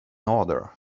order